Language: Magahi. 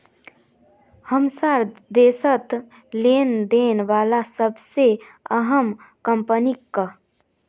हमसार देशत लोन देने बला सबसे अहम कम्पनी क